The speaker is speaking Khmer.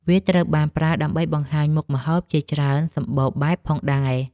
វាត្រូវបានប្រើដើម្បីបង្ហាញមុខម្ហូបជាច្រើនសម្បូរបែបផងដែរ។